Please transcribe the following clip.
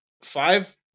five